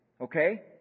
Okay